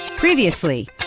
Previously